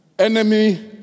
Enemy